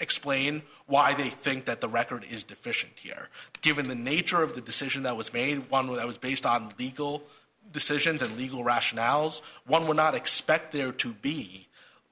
explain why they think that the record is deficient here given the nature of the decision that was made that was based on the will decisions and legal rationales one would not expect there to be